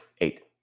Eight